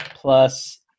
plus